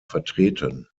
vertreten